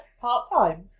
Part-time